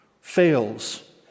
fails